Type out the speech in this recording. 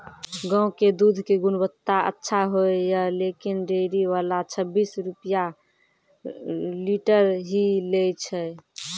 गांव के दूध के गुणवत्ता अच्छा होय या लेकिन डेयरी वाला छब्बीस रुपिया लीटर ही लेय छै?